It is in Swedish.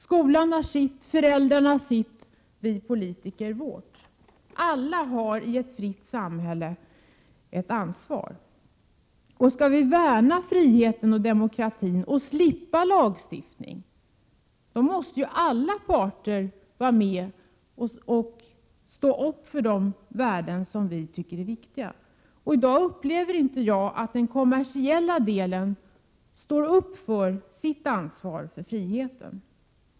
Skolan har sitt ansvar, föräldrarna sitt och vi politiker vårt. Alla i ett fritt samhälle har ett ansvar. Skall vi värna friheten och demokratin och slippa lagstiftning, måste alla parter stå upp för de värden som vi tycker är viktiga. Jag anser att de kommersiella krafterna i dag inte tar sitt ansvar för friheten.